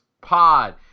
Pod